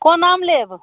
कोन आम लेब